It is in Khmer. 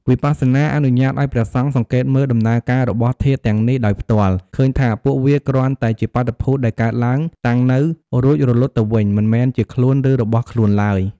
វិបស្សនាអនុញ្ញាតឱ្យព្រះសង្ឃសង្កេតមើលដំណើរការរបស់ធាតុទាំងនេះដោយផ្ទាល់ ឃើញថាពួកវាគ្រាន់តែជាបាតុភូតដែលកើតឡើង តាំងនៅ រួចរលត់ទៅវិញ មិនមែនជា "ខ្លួន" ឬ "របស់ខ្លួន" ឡើយ។